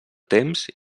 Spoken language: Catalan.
temps